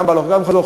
גם בהלוך גם בחזור,